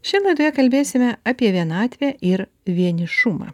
šiandien laidoje kalbėsime apie vienatvę ir vienišumą